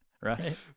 Right